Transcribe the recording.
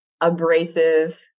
abrasive